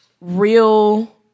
real